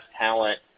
talent